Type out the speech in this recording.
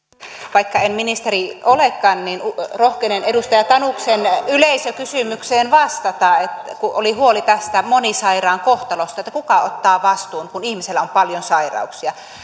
vaikka en ministeri olekaan niin rohkenen edustaja tanuksen yleisökysymykseen vastata kun oli huoli tästä monisairaan kohtalosta että kuka ottaa vastuun kun ihmisellä on paljon sairauksia